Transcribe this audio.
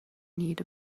need